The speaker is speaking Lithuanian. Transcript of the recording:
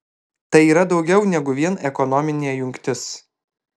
tai yra daugiau negu vien ekonominė jungtis